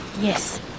Yes